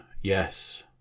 Yes